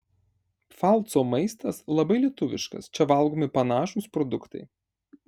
pfalco maistas labai lietuviškas čia valgomi panašūs produktai